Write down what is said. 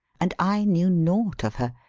and i knew naught of her.